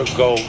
go